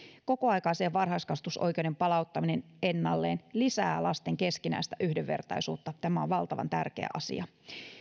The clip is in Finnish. kokoaikaisen varhaiskasvatusoikeuden palauttaminen ennalleen lisää lasten keskinäistä yhdenvertaisuutta tämä on valtavan tärkeä asia